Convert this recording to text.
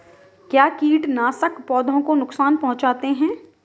क्या कीटनाशक पौधों को नुकसान पहुँचाते हैं?